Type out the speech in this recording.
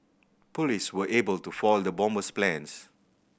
police were able to foil the bomber's plans